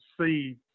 see